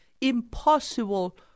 impossible